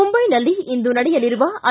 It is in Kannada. ಮುಂಬೈನಲ್ಲಿ ಇಂದು ನಡೆಯಲಿರುವ ಐ